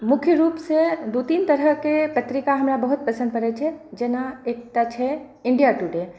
मुख्य रूपसँ दू तीन तरहके पत्रिका हमरा बहुत पसन्द पड़ैत छै जेना एकटा छै इण्डिया टुडे